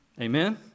Amen